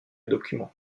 document